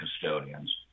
custodians